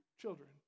children